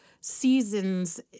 seasons